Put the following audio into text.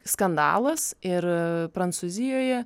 skandalas ir prancūzijoje